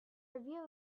review